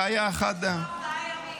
זה היה אחד, יש לו ארבעה ימים.